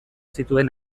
zituen